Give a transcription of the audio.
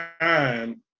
time